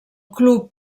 club